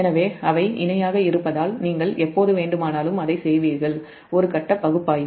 எனவே அவை இணையாக இருப்பதால் நீங்கள் எப்போது வேண்டுமானாலும் ஒரு கட்ட பகுப்பாய்வு அதைச் செய்வீர்கள்